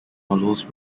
models